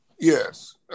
Yes